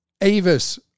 Avis